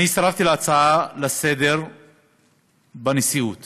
אני הצטרפתי להצעה לסדר-היום בנשיאות